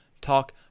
Talk